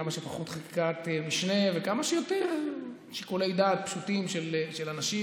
כמה שפחות חקיקת משנה וכמה שיותר שיקולי דעת פשוטים של אנשים,